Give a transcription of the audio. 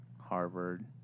Harvard